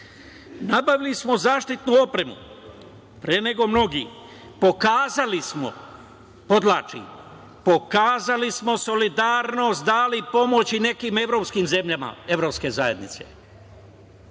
shvatim. Nabavili smo zaštitnu opremu pre nego mnogi. Pokazali smo, podvlačim, pokazali smo solidarnost, dali pomoć i nekim evropskim zemljama evropske zajednice.